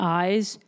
eyes